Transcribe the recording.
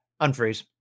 Unfreeze